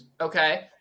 Okay